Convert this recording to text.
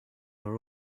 are